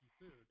food